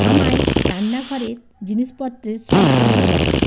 আমায় রান্নাঘরের জিনিসপত্রের সব পণ্য দেখান